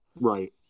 Right